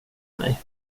mig